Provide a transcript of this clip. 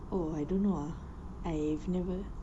oh I don't know ah I've never